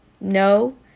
No